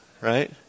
Right